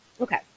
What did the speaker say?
Okay